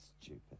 Stupid